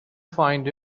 find